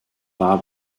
war